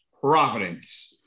providence